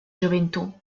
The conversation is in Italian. gioventù